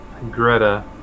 Greta